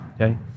okay